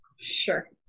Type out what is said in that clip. Sure